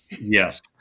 Yes